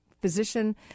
physician